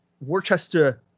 Worcester